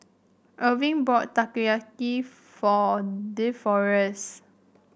Irving bought Takoyaki for Deforest